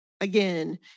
again